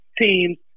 teams